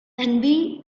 envy